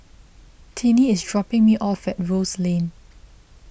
Tiney is dropping me off at Rose Lane